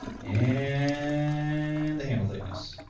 and handle thickness.